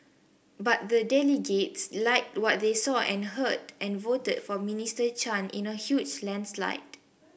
but the delegates liked what they saw and heard and voted for Minister Chan in a huge landslide